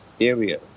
area